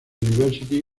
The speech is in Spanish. university